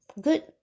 Good